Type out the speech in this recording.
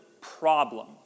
problem